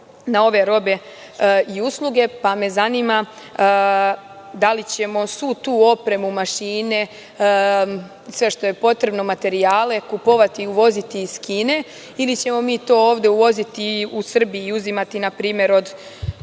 na ove robe i usluge. Pa me zanima da li ćemo svu tu opremu, mašine, sve što je potrebno, materijale kupovati i uvoziti iz Kine ili ćemo mi to ovde uvoziti u Srbiji i uzimati i koristiti